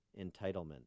entitlement